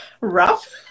rough